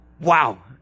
Wow